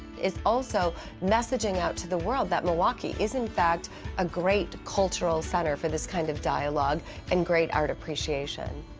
it's also messaging out to the world that milwaukee is in fact a great cultural center for this kind of dialogue and great art appreciation.